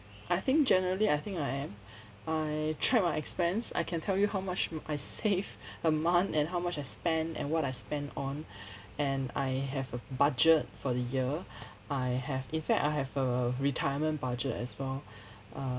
I think generally I think I am I track my expense I can tell you how much my I save a month and how much I spend and what I spend on and I have a budget for the year I have in fact I have a retirement budget as well